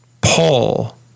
Paul